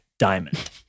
Diamond